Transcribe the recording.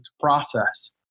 process